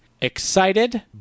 Excited